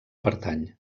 pertany